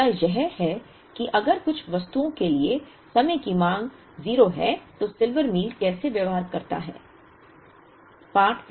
दूसरा मुद्दा यह है कि अगर कुछ वस्तुओं के लिए समय की मांग 0 है तो सिल्वर मील कैसे व्यवहार करता है